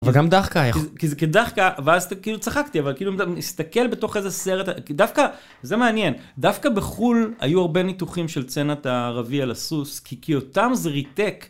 וגם דאחקה. כי זה דאחקה, ואז כאילו צחקתי, אבל כאילו מסתכל בתוך איזה סרט, כי דווקא, זה מעניין, דווקא בחו"ל היו הרבה ניתוחים של סצנת הערבי על הסוס, כי אותם זה ריתק.